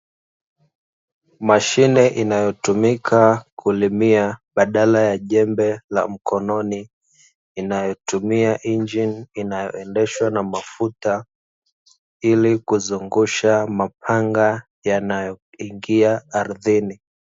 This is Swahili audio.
Mashine inayotumika kulimia badala ya jembe la mkononi, inayotumia injini inayoendeshwa na mafuta, ili kuzungusha mapanga yanayoingia ardhini.